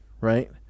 right